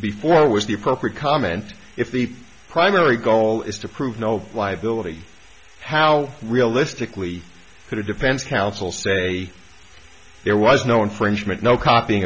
before was the appropriate comment if the primary goal is to prove no liability how realistically could a defense counsel say there was no infringement no copying